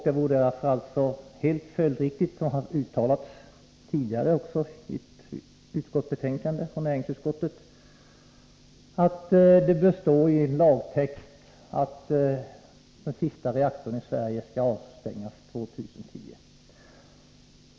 Det är alltså helt följdriktigt — och det har uttalats tidigare i ett betänkande från näringsutskottet — att det bör stå i lagtext att den sista reaktorn i Sverige skall avstängas år 2010.